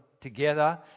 together